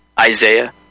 Isaiah